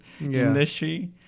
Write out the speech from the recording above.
industry